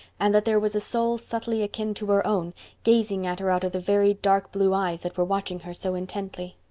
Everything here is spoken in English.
and that there was a soul subtly akin to her own gazing at her out of the very dark blue eyes that were watching her so intently.